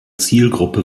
zielgruppe